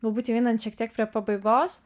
galbūt jau einant šiek tiek prie pabaigos